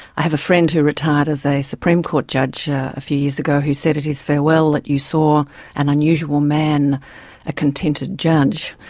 i have a friend who retired as a supreme court judge yeah a few years ago who said at his farewell that you saw an unusual man a contented judge.